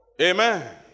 amen